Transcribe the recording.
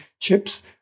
chips